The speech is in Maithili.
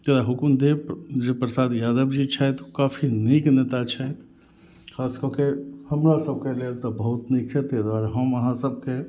तऽ हुकुनदेव जे प्रसाद यादव जी छथि ओ काफी नीक नेता छथि खास कऽके हमरा सबके लेल तऽ बहुत नीक छथि ताहि दुआरे हम अहाँ सबके